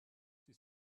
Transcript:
she